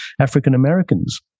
African-Americans